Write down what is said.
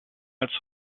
als